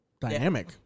dynamic